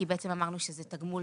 כי אמרנו שזה תגמול